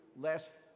less